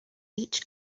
each